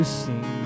sing